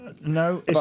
No